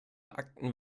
akten